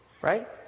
Right